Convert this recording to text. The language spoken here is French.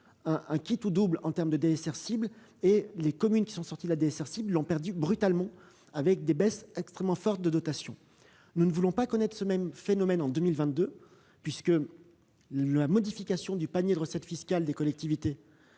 un quitte ou double en termes de DSR cible. Les communes qui sont sorties de la DSR cible y ont perdu brutalement, avec des baisses extrêmement fortes de dotations. Nous ne voulons pas connaître le même phénomène en 2022. La modification du panier de recettes fiscales des collectivités